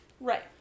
Right